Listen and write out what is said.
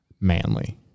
manly